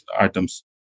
items